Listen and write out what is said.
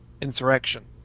Insurrection